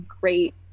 great